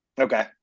Okay